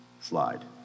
slide